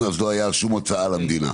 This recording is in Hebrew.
אז לא הייתה שום הוצאה למדינה.